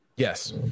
Yes